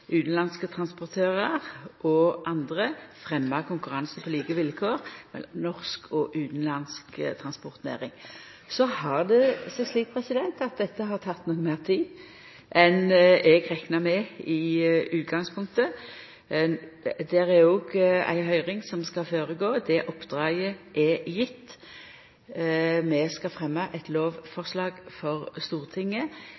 utanlandske transportørar og andre og fremja konkurranse på like vilkår i norsk og utanlandsk transportnæring. Så har det seg slik at dette har teke noko meir tid enn eg rekna med i utgangspunktet. Der er òg ei høyring som skal føregå, det oppdraget er gjeve. Vi skal fremja eit